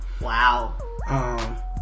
Wow